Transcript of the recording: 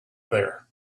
there